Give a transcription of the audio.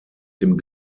dem